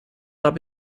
hab